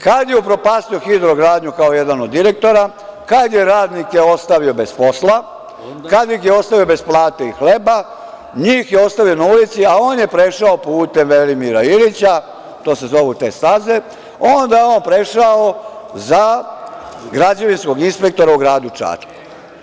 Kad je upropastio „Hidrogradnju“, kao jedan od direktora, kad je radnike ostavio bez posla, kad ih je ostavio bez plate i hleba, njih je ostavio na ulici, a on je prešao putem Velimira Ilića, to se zovu te staze, onda je on prešao za građevinskog inspektora u gradu Čačku.